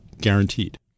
guaranteed